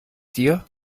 dir